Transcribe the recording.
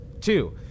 Two